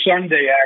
Sunday